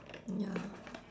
ya